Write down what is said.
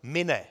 My ne.